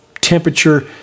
temperature